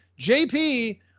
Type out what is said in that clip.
JP